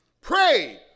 Pray